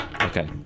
Okay